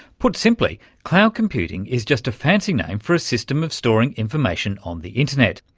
put simply, cloud computing is just a fancy name for a system of storing information on the internet.